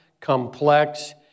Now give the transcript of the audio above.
complex